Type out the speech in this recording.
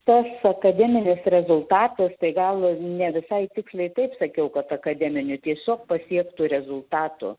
tas akademinis rezultatas tai gal ne visai tiksliai taip sakiau kad akademiniu tiesiog pasiektu rezultatu